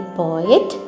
poet